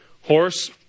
horse